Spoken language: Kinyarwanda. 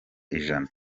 ijana